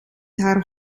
haar